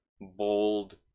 bold